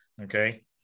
okay